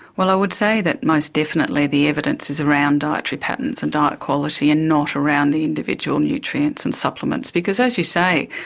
well, i would say that most definitely the evidence is around dietary patterns and diet quality and not around the individual nutrients and supplements because, as you say,